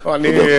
תודה.